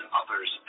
others